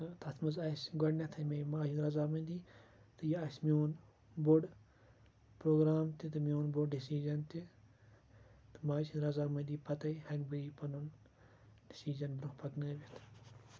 تہٕ تَتھ منٛز آسہِ گۄڈٕنیٚتھٕے میانہِ ماجہِ ہنٛز رَضامنٛدی تہٕ یہِ آسہِ میون بوٚڑ پروگرام تہِ تہٕ میون بوٚڑ ڈیٚسِجَن تہِ تہٕ ماجہِ ہنٛز رَضامنٛدی پَتہٕ ہیٚکہٕ بہٕ یہِ پَنُن ڈیٚسِجَن برونٛہہ پکنٲیِتھ